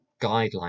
guideline